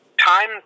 time